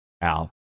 Al